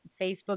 Facebook